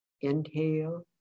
Inhale